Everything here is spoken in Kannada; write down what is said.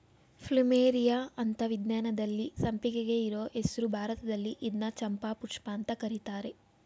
ಪ್ಲುಮೆರಿಯಾ ಅಂತ ವಿಜ್ಞಾನದಲ್ಲಿ ಸಂಪಿಗೆಗೆ ಇರೋ ಹೆಸ್ರು ಭಾರತದಲ್ಲಿ ಇದ್ನ ಚಂಪಾಪುಷ್ಪ ಅಂತ ಕರೀತರೆ